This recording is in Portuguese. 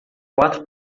quatro